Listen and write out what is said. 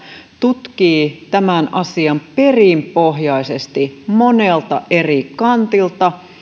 tutkii tämän asian perinpohjaisesti monelta eri kantilta